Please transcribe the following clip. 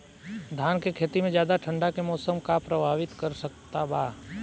धान के खेती में ज्यादा ठंडा के मौसम का प्रभावित कर सकता बा?